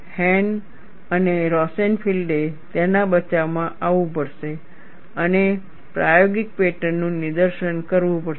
હેન અને રોસેનફિલ્ડે તેના બચાવમાં આવવું પડશે અને પ્રાયોગિક પેટર્નનું નિદર્શન કરવું પડશે